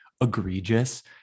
egregious